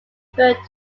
referred